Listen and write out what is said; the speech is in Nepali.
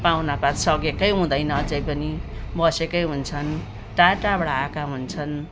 पाहुनापात सकिएकै हुँदैन अझै पनि बसेकै हुन्छन् टाढटाढाबाट आएका हुन्छन्